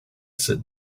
sit